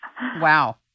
Wow